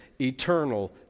eternal